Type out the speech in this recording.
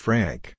Frank